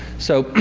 so,